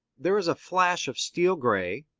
there is a flash of steel gray,